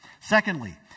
Secondly